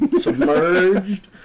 submerged